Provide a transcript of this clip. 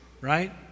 right